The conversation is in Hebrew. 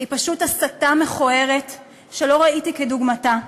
הוא פשוט הסתה מכוערת שלא ראיתי כדוגמתה.